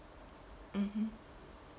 mmhmm